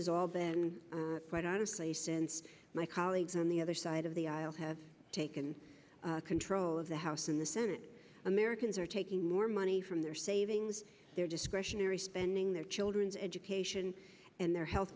is all been quite honestly since my colleagues on the other side of the aisle have taken control of the house and the senate americans are taking more money from their savings their discretionary spending their children's education and their health